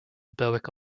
berwick